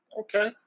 Okay